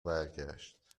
برگشت